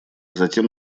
затем